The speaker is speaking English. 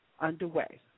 underway